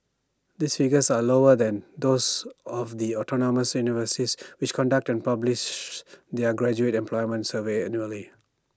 these figures are lower than those of the autonomous universities which conduct and publish their graduate employment surveys annually